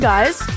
guys